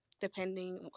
depending